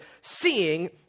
seeing